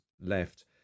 left